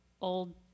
old